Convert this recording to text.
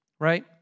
right